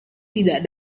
tidak